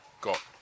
got